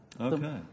okay